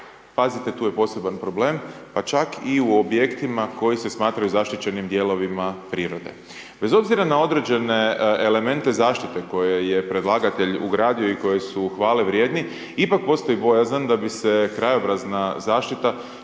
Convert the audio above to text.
pazite, tu je poseban problem, pa čak i u objektima koji se smatraju zaštićenim dijelovima prirode. Bez obzira na određene elemente zaštite koje je predlagatelj ugradio i koje su hvale vrijedni ipak postoji bojazan da bi se krajobrazna zaštita,